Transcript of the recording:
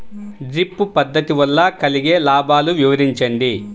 Drip పద్దతి వల్ల కలిగే లాభాలు వివరించండి?